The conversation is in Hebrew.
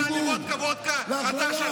אתה חצוף.